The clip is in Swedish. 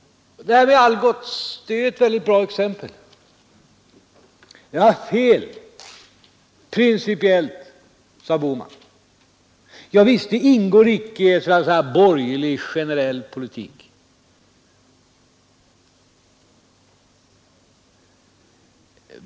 Exemplet med Algots är ju väldigt bra. Herr Bohman sade att det rent principiellt var fel att handla så. Javisst, det ingår icke i borgerlig generell politik.